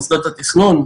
מוסדות התכנון.